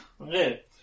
Okay